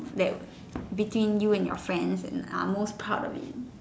that will between you and your friends and are most proud of it